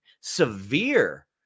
severe